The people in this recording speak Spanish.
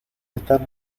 están